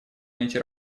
найти